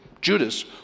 Judas